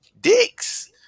Dicks